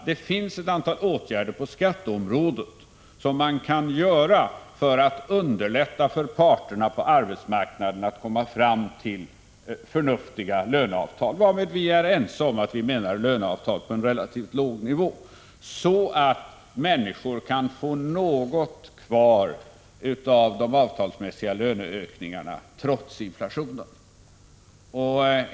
Det finns ett antal åtgärder på skatteområdet som man kan vidta för att underlätta för parterna på arbetsmarknaden att komma fram till förnuftiga löneavtal — vi har varit ense om löneavtal på en relativt låg nivå — så att människor kan få något kvar av de avtalsmässiga löneökningarna trots inflationen.